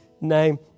name